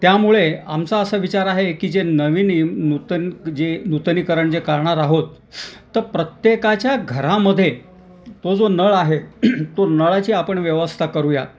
त्यामुळे आमचा असा विचार आहे की जे नवीन यू नूतन जे नूतनीकरण जे करणार आहोत तर प्रत्येकाच्या घरामध्ये तो जो नळ आहे तो नळाची आपण व्यवस्था करूया